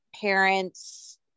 parents